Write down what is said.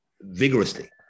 vigorously